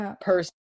person